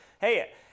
hey